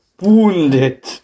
wounded